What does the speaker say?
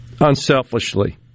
Unselfishly